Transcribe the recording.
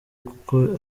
kuko